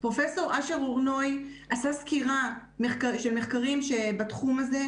פרופסור אשר הורנוי עשה סקירה של מחקרים שבתחום הזה,